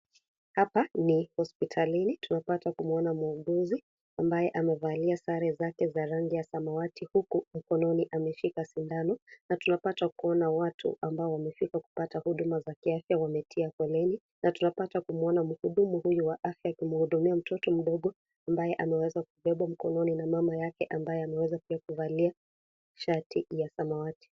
Hapa ni hospitalini, tumepata kupata muuguzi ambaye amevalia sare zake za rangi ya samawati huku mkononi ameshika sindano, na tunapata kuona watu ambao wamefika kupata huduma za kiafya wamepiga foleni na tunapata kumuona mhudumu huyu wa afya akimhudumia mtoto mdogo ambaye amweza kubebwa mkononi na mama yake ambaye ameweza kuwa wa kuvalia shati ya samawati.